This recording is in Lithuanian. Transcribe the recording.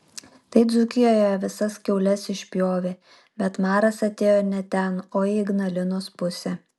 tai dzūkijoje visas kiaules išpjovė bet maras atėjo ne ten o į ignalinos pusę